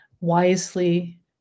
wisely